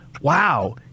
wow